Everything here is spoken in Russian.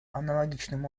аналогичным